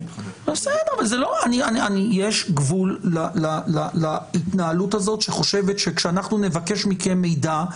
יש גבול להתנהלות האת שחושבת שכאשר אנחנו נבקש מכם מידע,